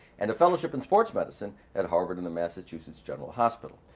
and a fellowship in sports medicine at harvard in the massachusetts general hospital.